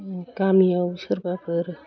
गामियाव सोरबाफोर